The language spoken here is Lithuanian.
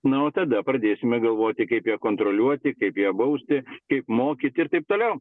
nu o tada pradėsime galvoti kaip ją kontroliuoti kaip ją bausti kaip mokyti ir taip toliau